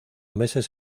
meses